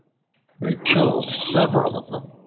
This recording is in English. they killed several of them,